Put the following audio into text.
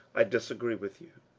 i disagree with you.